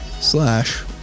slash